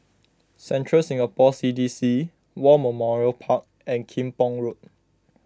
Central Singapore C D C War Memorial Park and Kim Pong Road